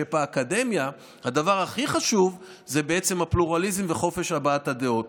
באקדמיה הדבר הכי חשוב זה בעצם הפלורליזם וחופש הבעת הדעות.